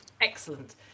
Excellent